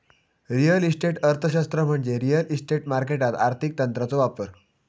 real estate अर्थशास्त्र म्हणजे real estate मार्केटात आर्थिक तंत्रांचो वापर